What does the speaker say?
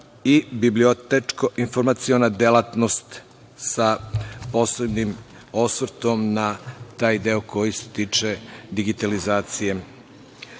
i bibliotečko-informaciona delatnost sa posebnim osvrtom na taj deo koji se tiče digitalizacije.U